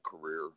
career